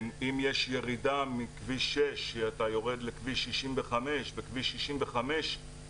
אם יש ירידה מכביש 6 שאתה יורד לכביש 65 וכביש 65 כולו